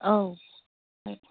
औ